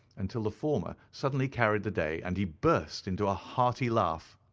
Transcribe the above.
until the former suddenly carried the day, and he burst into a hearty laugh.